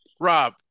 Rob